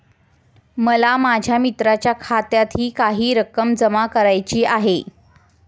मला माझ्या मित्राच्या खात्यातही काही रक्कम जमा करायची आहे